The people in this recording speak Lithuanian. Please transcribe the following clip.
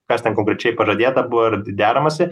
kas ten konkrečiai pažadėta buvo ir deramasi